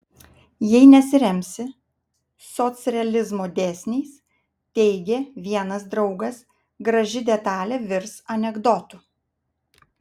jei nesiremsi socrealizmo dėsniais teigė vienas draugas graži detalė virs anekdotu